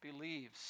believes